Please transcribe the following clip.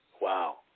Wow